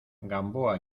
gamboa